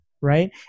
Right